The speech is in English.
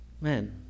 man